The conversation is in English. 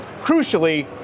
crucially